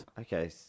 Okay